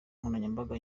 nkoranyambaga